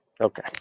Okay